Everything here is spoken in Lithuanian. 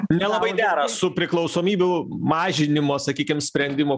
nelabai dera su priklausomybių mažinimo sakykim sprendimu